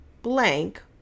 blank